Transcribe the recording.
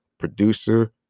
Producer